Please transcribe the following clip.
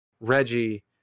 reggie